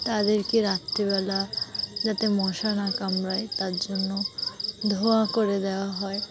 তাদেরকে রাত্রিবেলা যাতে মশা না কামড়ায় তার জন্য ধোঁয়া করে দেওয়া হয়